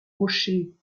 rochers